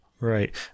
Right